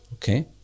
Okay